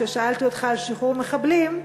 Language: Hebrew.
כששאלתי אותך על שחרור מחבלים,